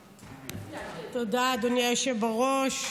תודה, אדוני היושב בראש.